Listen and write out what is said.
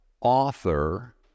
author